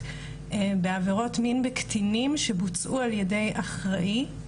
בעבירות מין בקטינים שבוצעו על ידי אחראי,